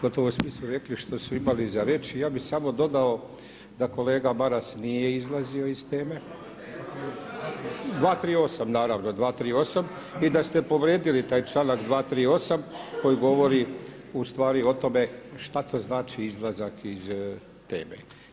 Gotovo svi su rekli što su imali za reći, ja bi samo dodao da kolega Maras nije izlazio iz teme. … [[Upadica se ne čuje.]] 238. naravno 238. i da ste povrijedili taj članak 238. koji govori ustvari o tome šta to znači izlazak iz teme.